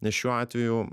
nes šiuo atveju